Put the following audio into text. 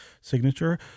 signature